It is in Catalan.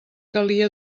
calia